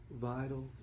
vital